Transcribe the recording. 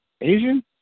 Asian